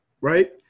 right